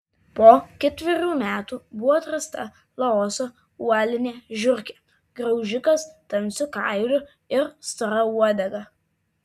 po ketverių metų buvo atrasta laoso uolinė žiurkė graužikas tamsiu kailiu ir stora uodega